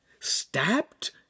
Stabbed